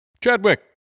Chadwick